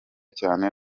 cyane